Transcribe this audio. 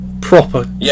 Proper